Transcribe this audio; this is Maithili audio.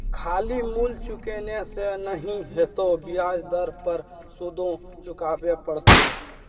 खाली मूल चुकेने से नहि हेतौ ब्याज दर पर सुदो चुकाबे पड़तौ